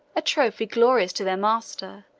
a trophy glorious to their master,